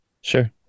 Sure